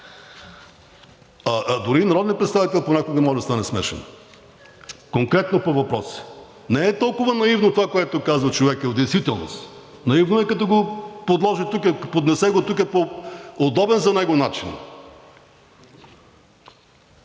Дори и народният представител понякога може да стане смешен. Конкретно по въпроса. Не е толкова наивно това, което казва човекът в действителност. Наивно е като го поднесе тук по удобен за него начин.